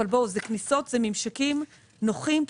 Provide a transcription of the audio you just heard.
אבל אלה ממשקים נוחים,